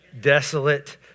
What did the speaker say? Desolate